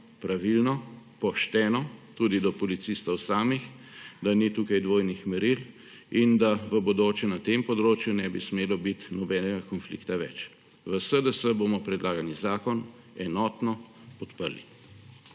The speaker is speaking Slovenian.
pravilno, pošteno tudi do policistov samih, da ni tukaj dvojnih meril in da v bodoče na tem področju ne bi smelo biti nobenega konflikta več. V SDS bomo predlagani zakon enotno podprli.